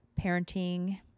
parenting